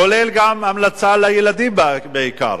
כולל גם המלצה לילדים בעיקר,